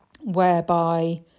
whereby